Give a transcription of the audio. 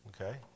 okay